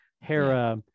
Hera